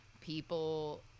people